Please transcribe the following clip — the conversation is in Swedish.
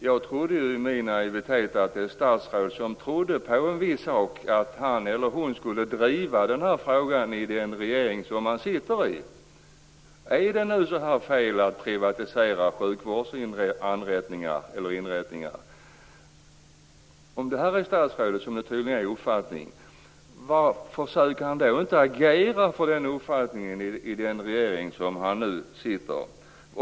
Jag trodde i min naivitet att ett statsråd som tror på en viss sak skulle driva den frågan i den regering som han eller hon sitter i. Är det, som det tydligen är, statsrådets uppfattning att det är fel att privatisera sjukvårdsinrättningar, varför försöker han då inte agera för den uppfattningen i den regering som han sitter i?